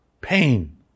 pain